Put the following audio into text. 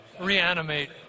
reanimate